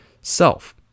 self